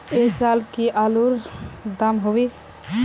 ऐ साल की आलूर र दाम होबे?